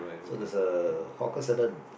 so there's a hawker centre